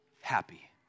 happy